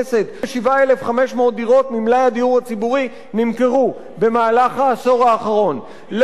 37,500 דירות ממלאי הדיור הציבורי נמכרו בעשור האחרון לכל מיני אנשים,